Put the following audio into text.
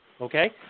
Okay